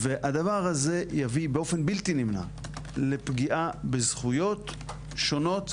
והדבר הזה יביא באופן בלתי נמנע לפגיעה בזכויות שונות,